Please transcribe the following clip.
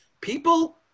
People